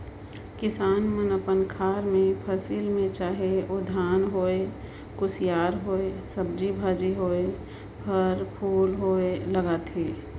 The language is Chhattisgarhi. किसान मन अपन खार मे फसिल में चाहे ओ धान होए, कुसियार होए, सब्जी भाजी होए, फर फूल होए लगाथे